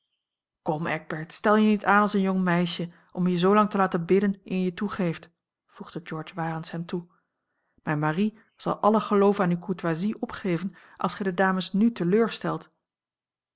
stel je niet aan als een jong meisje om je zoolang te laten bidden eer je toegeeft voegde george warens hem toe mijne marie zal alle geloof aan uwe courtoisie opgeven als gij de dames n